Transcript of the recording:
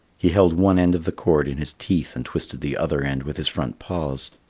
he held one end of the cord in his teeth and twisted the other end with his front paws.